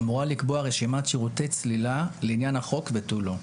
אמורה לקבוע רשימת שירותי צלילה לעניין החוק ותו לא.